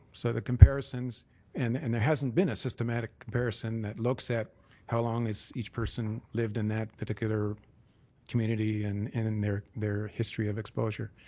so the comparisons and and there hasn't been a systematic comparison that looks at how long is each person lived in that particular community and in in their history of exposure.